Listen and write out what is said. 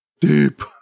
deep